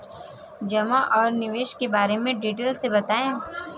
जमा और निवेश के बारे में डिटेल से बताएँ?